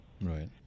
right